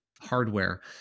hardware